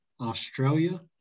Australia